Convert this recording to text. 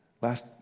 Last